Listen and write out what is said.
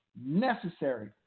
necessary